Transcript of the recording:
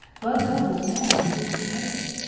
budd doble's nag begins to fail!